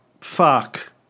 fuck